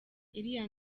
iriya